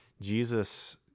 Jesus